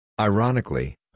Ironically